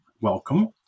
welcome